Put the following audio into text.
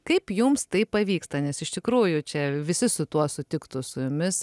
kaip jums tai pavyksta nes iš tikrųjų čia visi su tuo sutiktų su jumis